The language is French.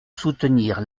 soutenir